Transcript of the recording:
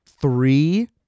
three